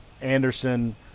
Anderson